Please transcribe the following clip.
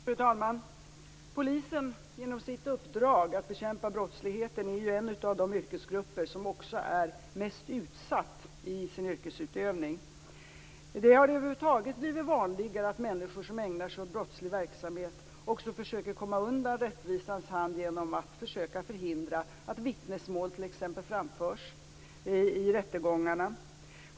Fru talman! Polisen är genom sitt uppdrag att bekämpa brottsligheten en av de yrkesgrupper som är mest utsatta i sin yrkesutövning. Det har över huvud taget blivit vanligare att människor som ägnar sig åt brottslig verksamhet också försöker komma undan rättvisans hand genom att t.ex. försöka förhindra att vittnesmål framförs i rättegångarna.